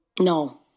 No